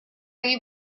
you